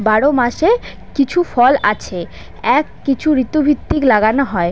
বারো মাসে কিছু ফল আছে এক কিছু ঋতুভিত্তিক লাগানো হয়